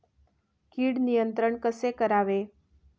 कीड नियंत्रण कसे करावे?